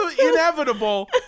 inevitable